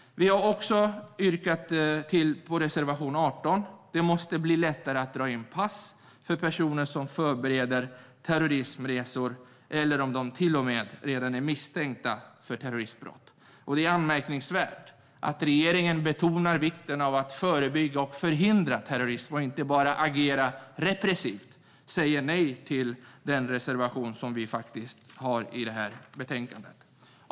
Vi yrkar också bifall till reservation 18. Det måste bli lättare att dra in pass för personer som förbereder terroristresor eller som till och med redan är misstänkta för terroristbrott. Det är anmärkningsvärt att regeringen, som betonar vikten av att förebygga och förhindra terrorism och inte bara agera repressivt, säger nej till den reservation som vi har i betänkandet.